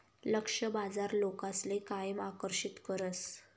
लक्ष्य बाजार लोकसले कायम आकर्षित करस